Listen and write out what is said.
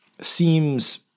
seems